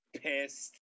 pissed